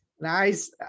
Nice